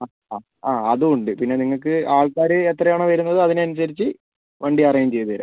ആ ആ ആ അതും ഉണ്ട് പിന്നെ നിങ്ങൾക്ക് ആൾക്കാർ എത്രയാണോ വരുന്നത് അതിന് അനുസരിച്ച് വണ്ടി അറേഞ്ച് ചെയ്തുതരാം